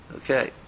okay